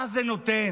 מה זה נותן?